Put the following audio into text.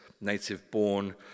native-born